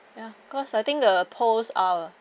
ya cause I think the pearls uh